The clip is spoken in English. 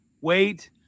Wait